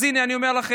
אז הינה, אני אומר לכם,